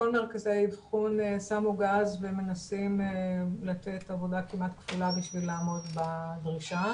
כל מרכזי האבחון שמו גז ומנסים לתת עבודה כמעט כפולה כדי לעמוד בדרישה.